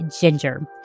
ginger